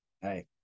hey